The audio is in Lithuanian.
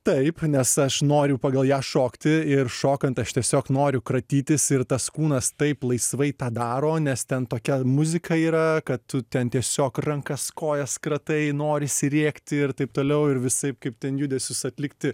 taip nes aš noriu pagal ją šokti ir šokant aš tiesiog noriu kratytis ir tas kūnas taip laisvai tą daro nes ten tokia muzika yra kad tu ten tiesiog rankas kojas kratai norisi rėkti ir taip toliau ir visaip kaip ten judesius atlikti